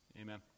Amen